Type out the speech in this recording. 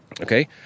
okay